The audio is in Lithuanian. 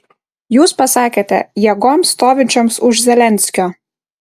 jūs pasakėte jėgoms stovinčioms už zelenskio